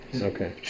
Okay